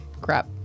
crap